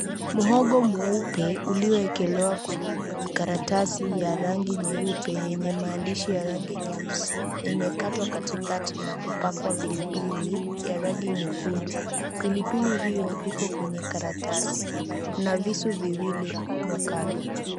Muhogo meupe uliowekelewa kwenye karatasi ya rangi nyeupe yenye maandishi ya rangi nyeusi imekatwa katikati na kupakwa pilipili ya rangi nyekundu. Pilipili hiyo iko kwenye karatasi. Kuna visu viwili humo kando.